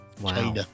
Wow